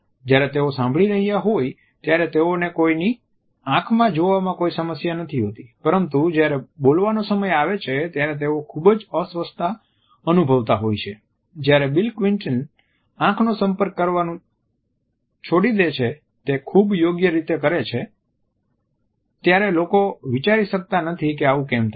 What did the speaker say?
જ્યારે તેઓ સાંભળી રહ્યા હોય ત્યારે તેઓને કોઈની આંખોમાં જોવામાં કોઈ સમસ્યા નથી હોતી પરંતુ જ્યારે બોલવાનો સમય આવે છે ત્યારે તેઓ ખૂબ જ અસ્વસ્થતા અનુભવતા હોય છે જ્યારે બિલ ક્લિન્ટન આંખનો સંપર્ક કરવાનું છોડી છે તે ખુબ યોગ્ય રીતે કરે છે ત્યારે લોકો વિચારી શકતા નથી કે આવું કેમ થાય છે